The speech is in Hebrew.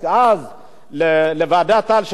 לוועדת-טל, לקח שלוש שנים,